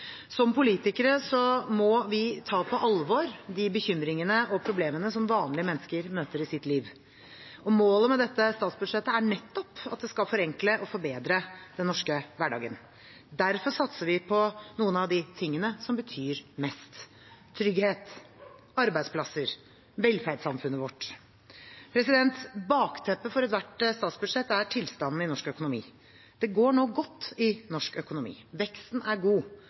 Som politikere må vi ta på alvor de bekymringene og problemene som vanlige mennesker møter i sitt liv. Og målet med dette statsbudsjettet er nettopp at det skal forenkle og forbedre den norske hverdagen. Derfor satser vi på noen av de tingene som betyr mest – trygghet, arbeidsplasser, velferdssamfunnet vårt. Bakteppet for ethvert statsbudsjett er tilstanden i norsk økonomi. Det går nå godt i norsk økonomi. Veksten er god.